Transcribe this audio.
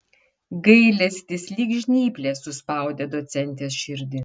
gailestis lyg žnyplės suspaudė docentės širdį